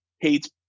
hates